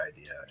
idea